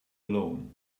alone